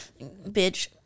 bitch